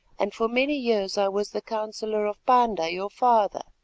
and for many years i was the counsellor of panda, your father.